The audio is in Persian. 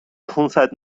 پونصد